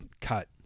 cut